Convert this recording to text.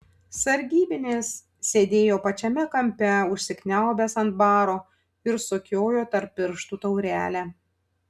sargybinis sėdėjo pačiame kampe užsikniaubęs ant baro ir sukiojo tarp pirštų taurelę